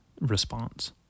response